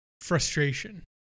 frustration